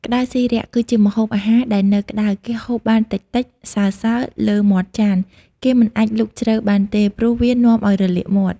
ក្ដៅស៊ីរាក់ គីជាម្ហូបអាហារដែលនៅក្តៅ គេហូបបានតិចៗ សើៗ លើមាត់ចាន គេមិនអាចលូកជ្រៅ បានទេ ព្រោះវានាំឲ្យរលាកមាត់។